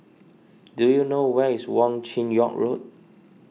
do you know where is Wong Chin Yoke Road